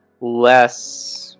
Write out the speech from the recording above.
less